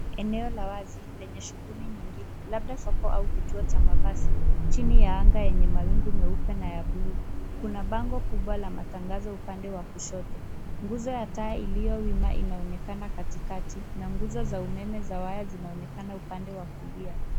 Eneo la wazi, lenye shughuli nyingi, labda soko au kituo cha mabasi, chini ya anga yenye mawingu meupe na ya bluu. Kuna bango kubwa la matangazo upande wa kushoto. Nguzo ya taa iliyowima inaonekana katikati, na nguzo za umeme za waya zinaonekana upande wa kulia.